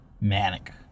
Manic